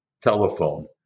telephone